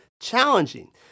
challenging